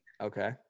okay